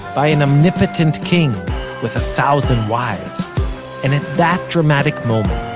by an omnipotent king with a thousand wives and at that dramatic moment,